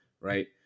right